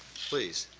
please?